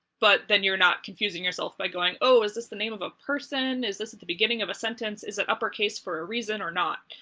but then you're not confusing yourself by going, oh, is this the name of a person? is this at the beginning of a sentence? is it uppercase for a reason or not?